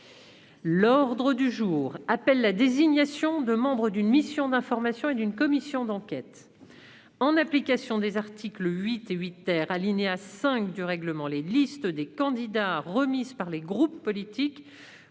L'ordre du jour appelle la désignation de membres d'une mission d'information et d'une commission d'enquête. En application des articles 8 et 8 , alinéa 5, du règlement, les listes des candidats remises par les groupes politiques